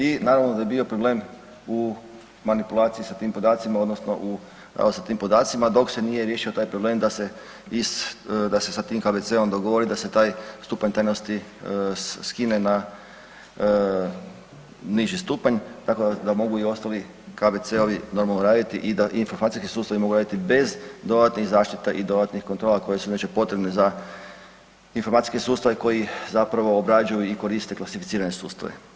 I naravno da je bio problem u manipulaciji sa tim podacima odnosno u … tim podacima dok se nije riješio taj problem da se sa tim KBC-om dogovori da se taj stupanj tajnosti skine na niži stupanj tako da mogu i ostali KBC-ovi normalno raditi i da informacijski sustavi mogu raditi bez dodatnih zaštita i dodatnih kontrola koje su inače potrebne za informacijske sustave koje obrađuju i koriste klasificirane sustave.